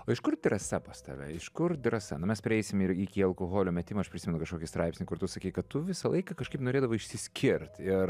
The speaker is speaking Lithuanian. o iš kur drąsa pas tave iš kur drąsa na mes prieisim ir iki alkoholio metimo aš prisimenu kažkokį straipsnį kur tu sakei kad tu visą laiką kažkaip norėdavai išsiskirt ir